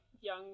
young